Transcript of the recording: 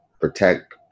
protect